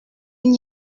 n’y